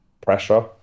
pressure